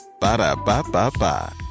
Ba-da-ba-ba-ba